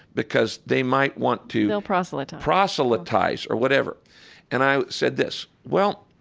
because they might want to, they'll proselytize, proselytize or whatever and i said this, well,